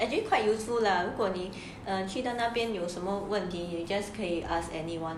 um actually quite useful lah 如果你去到那边有什么 you just 可以 ask anyone